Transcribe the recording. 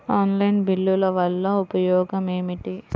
Online బిల్లుల వల్ల ఉపయోగమేమిటీ?